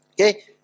Okay